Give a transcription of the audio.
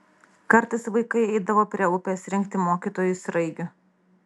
kartais vaikai eidavo prie upės rinkti mokytojui sraigių